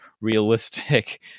realistic